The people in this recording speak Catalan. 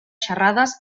xerrades